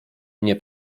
nie